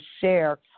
share